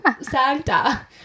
Santa